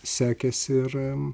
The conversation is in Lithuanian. sekėsi ir